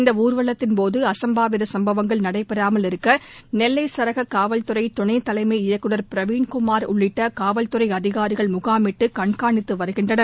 இந்த ஊர்வலத்தின்போது அசம்பாவித சம்பவங்கள் நடைபெறாமல் இருக்க நெல்லை சரக காவல்துறை துணைத் தலைமை இயக்குநர் பிரவீண்குமார் உள்ளிட்ட காவல்துறை அதிகாரிகள் முகாமிட்டு கண்காணித்து வருகின்றனர்